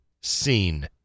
seen